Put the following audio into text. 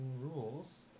rules